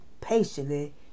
patiently